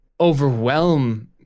overwhelm